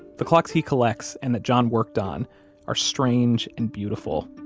the clocks he collects and that john worked on are strange and beautiful.